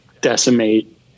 decimate